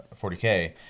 40K